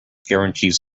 guarantees